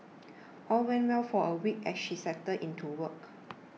all went well for a week as she settled into work